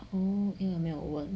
嗯没有问